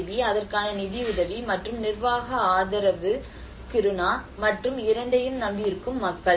B அதற்கான நிதி உதவி மற்றும் நிர்வாக ஆதரவு கிருணா மற்றும் இரண்டையும் நம்பியிருக்கும் மக்கள்